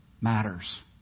matters